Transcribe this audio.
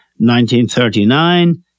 1939